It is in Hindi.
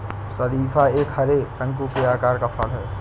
शरीफा एक हरे, शंकु के आकार का फल है